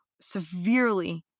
severely